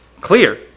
clear